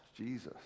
Jesus